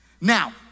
Now